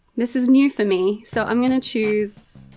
this is new for me. so i'm gonna choose,